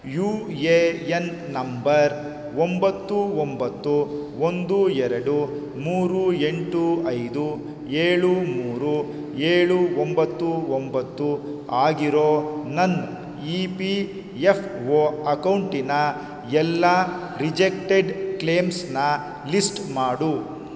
you A N number ಒಂಬತ್ತು ಒಂಬತ್ತು ಒಂದು ಎರಡು ಮೂರು ಎಂಟು ಐದು ಏಳು ಮೂರು ಏಳು ಒಂಬತ್ತು ಒಂಬತ್ತು ಆಗಿರೋ ನನ್ನ ಇ ಪಿ ಎಫ್ ಒ ಅಕೌಂಟಿನ ಎಲ್ಲ ರಿಜೆಕ್ಟೆಡ್ ಕ್ಲೇಮ್ಸ್ನಾ ಲಿಸ್ಟ್ ಮಾಡು